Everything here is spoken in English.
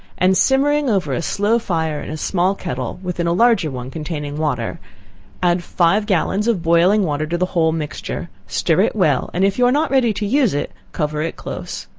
and simmering over a slow fire in a small kettle within a larger one containing water add five gallons of boiling water to the whole mixture stir it well, and if you are not ready to use it, cover it close.